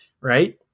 right